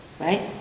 right